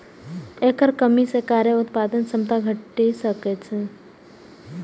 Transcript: एकर कमी सं कार्य उत्पादक क्षमता घटि सकै छै